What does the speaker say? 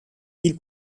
ville